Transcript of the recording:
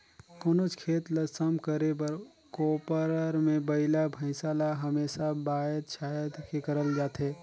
कोनोच खेत ल सम करे बर कोपर मे बइला भइसा ल हमेसा बाएध छाएद के करल जाथे